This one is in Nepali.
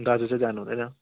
दाजु चाहिँ जानु हुँदैन